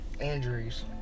Injuries